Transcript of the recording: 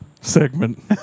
segment